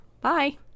Bye